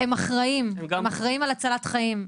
הם אחראיים, אחראיים על הצלת חיים.